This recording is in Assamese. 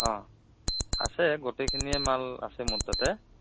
অঁ আছে গোটেইখিনিয়ে মাল আছে মোৰ তাতে